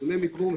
נתוני מיקום,